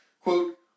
Quote